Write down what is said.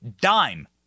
dime